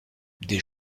des